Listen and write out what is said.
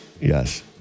Yes